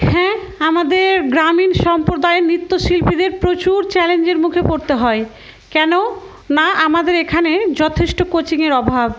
হ্যাঁ আমাদের গ্রামীণ সম্প্রদায়ে নৃত্যশিল্পীদের প্রচুর চ্যালেঞ্জের মুখে পড়তে হয় কেন না আমাদের এখানে যথেষ্ট কোচিংয়ের অভাব